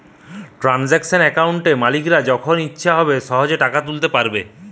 transaction অ্যাকাউন্টে মালিকরা যখন ইচ্ছে হবে সহেজে টাকা তুলতে পাইরবে